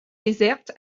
déserte